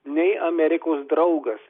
nei amerikos draugas